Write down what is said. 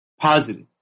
positive